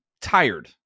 tired